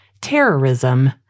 terrorism